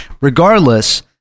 Regardless